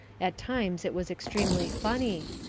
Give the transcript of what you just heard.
at times it was extremely funny,